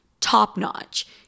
top-notch